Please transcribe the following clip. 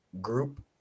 group